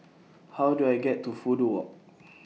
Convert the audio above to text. How Do I get to Fudu Walk